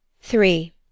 Three